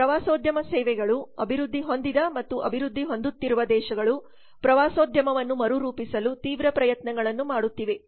ಪ್ರವಾಸೋದ್ಯಮ ಸೇವೆಗಳು ಅಭಿವೃದ್ಧಿ ಹೊಂದಿದ ಮತ್ತು ಅಭಿವೃದ್ಧಿ ಹೊಂದುತ್ತಿರುವ ದೇಶಗಳು ಪ್ರವಾಸೋದ್ಯಮವನ್ನು ಮರುರೂಪಿಸಲು ತೀವ್ರ ಪ್ರಯತ್ನಗಳನ್ನು ಮಾಡುತ್ತಿವೆ